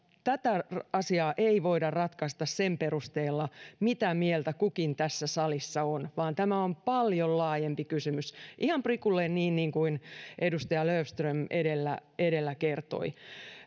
tätä asiaa ei voida ratkaista sen perusteella mitä mieltä kukin tässä salissa on vaan tämä on paljon laajempi kysymys ihan prikulleen niin niin kuin edustaja löfström edellä edellä kertoi